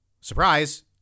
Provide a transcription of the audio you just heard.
Surprise